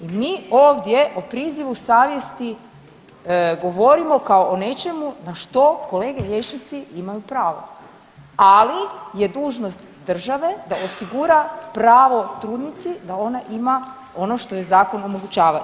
I mi ovdje o prizivu savjesti govorimo kao o nečemu na što kolege liječnici imaju pravo, ali je dužnost države da osigura pravo trudnici da ona ima ono što joj zakon omogućava.